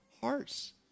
hearts